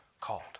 called